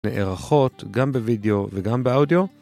נערכות גם בווידאו וגם באודיו.